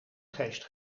geest